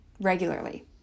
regularly